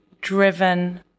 driven